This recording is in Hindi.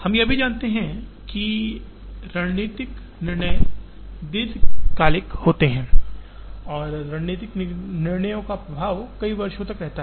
हम यह भी जानते हैं कि रणनीतिक निर्णय दीर्घकालिक निर्णय होते हैं रणनीतिक निर्णयों का प्रभाव कई वर्षों तक रहता है